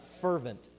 fervent